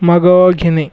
मागोवा घेणे